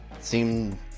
Seem